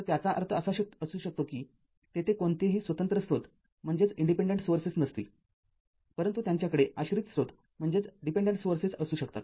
तर त्याचा अर्थ असा असू शकतो की तेथे कोणतेही स्वतंत्र स्त्रोत नसतीलपरंतु त्यांच्याकडे आश्रित स्रोत असू शकतात